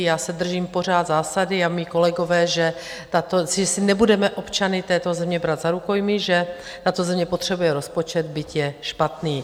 Já se držím pořád zásady a mí kolegové že si nebudeme občany této země brát za rukojmí, že tato země potřebuje rozpočet, byť je špatný.